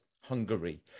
Hungary